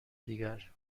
دیگر